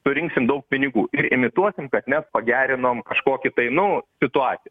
surinksim daug pinigų ir imituosim kad mes pagerinom kažkokią tai nu situaciją